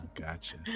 Gotcha